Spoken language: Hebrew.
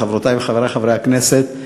חברותי וחברי חברי הכנסת,